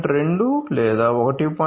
2 లేదా 1